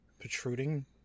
protruding